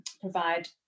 provide